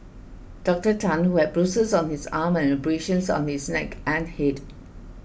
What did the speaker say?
Dr Tan who had bruises on his arm and abrasions on his neck and head